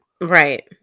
Right